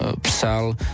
psal